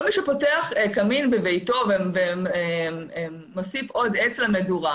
כל מי שפותח קמין בביתו ומוסיף עוד עץ למדורה,